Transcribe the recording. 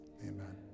amen